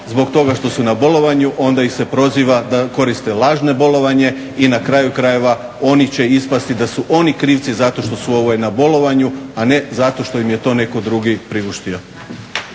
zbog toga što su na bolovanju onda ih se proziva da koriste lažne bolovanje i na kraju krajeva oni će ispasti da su oni krivci zato što su na bolovanju, a ne zato što im je to netko drugi priuštio.